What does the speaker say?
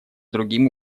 другим